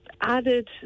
added